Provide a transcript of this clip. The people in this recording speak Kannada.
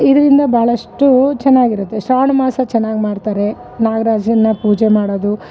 ಇದರಿಂದ ಭಾಳಷ್ಟು ಚೆನ್ನಾಗಿರುತ್ತೆ ಶ್ರಾವಣ ಮಾಸ ಚೆನ್ನಾಗ್ ಮಾಡ್ತಾರೆ ನಾಗರಾಜನ್ನ ಪೂಜೆ ಮಾಡೋದು